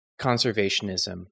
conservationism